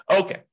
Okay